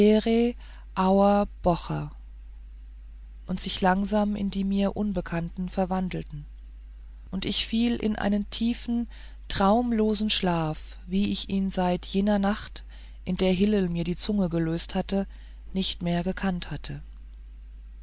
und sich langsam in die mir unbekannten verwandelten und ich fiel in einen tiefen traumlosen schlaf wie ich ihn seit jener nacht in der hillel mir die zunge gelöst nicht mehr gekannt hatte